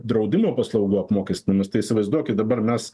draudimo paslaugų apmokestinimas tai įsivaizduokit dabar mes